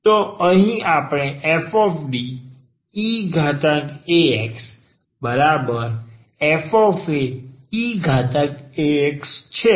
તો અહીં આપણી પાસે fDeaxfaeax છે